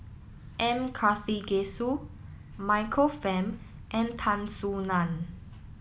M Karthigesu Michael Fam and Tan Soo Nan